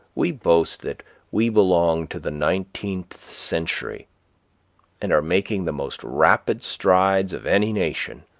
we boast that we belong to the nineteenth century and are making the most rapid strides of any nation.